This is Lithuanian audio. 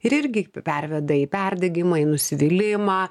ir irgi perveda į perdegimą į nusivylimą